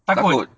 takut